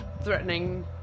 threatening